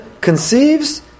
conceives